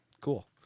Cool